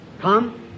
Come